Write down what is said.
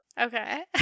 Okay